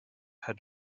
had